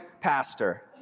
pastor